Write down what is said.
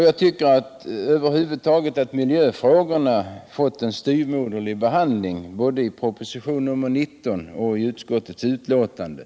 Jag tycker att miljöfrågorna över huvud taget fått en styvmoderlig behandling både i propositionen 19 och i utskottets betänkande.